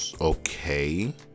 okay